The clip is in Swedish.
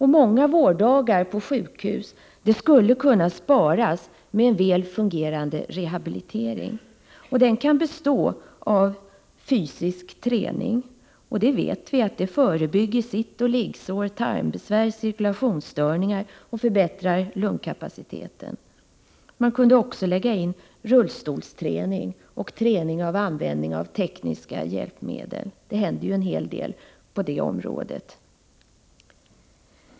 Många vårddagar på sjukhus skulle kunna sparas med en väl fungerande rehabilitering. Den kan bestå av fysisk träning, vilket vi vet förebygger sittoch liggsår, tarmbesvär och cirkulationsstörningar samt förbättrar lungkapaciteten. Man kunde också lägga in rullstolsträning och träning i användning av tekniska hjälpmedel. Det händer ju en hel del på det området.